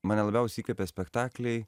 mane labiausiai įkvepia spektakliai